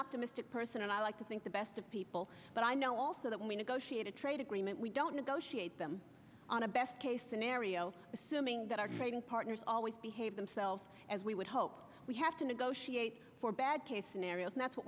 optimistic person and i like to think the best of people but i know also that when we negotiate a trade agreement we don't negotiate on a best case scenario assuming that our trading partners always behave themselves as we would hope we have to negotiate for bad case scenario and that's what